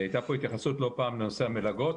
הייתה פה התייחסות לא פעם לנושא המלגות,